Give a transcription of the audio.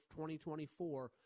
2024